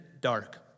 Dark